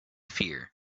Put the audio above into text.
fear